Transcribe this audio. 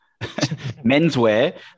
menswear